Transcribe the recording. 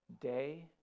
day